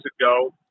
ago